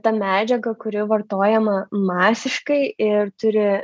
ta medžiaga kuri vartojama masiškai ir turi